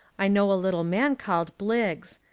i knew a little man called bliggs.